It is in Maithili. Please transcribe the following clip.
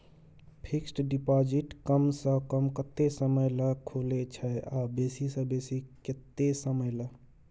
फिक्सड डिपॉजिट कम स कम कत्ते समय ल खुले छै आ बेसी स बेसी केत्ते समय ल?